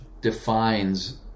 defines